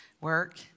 work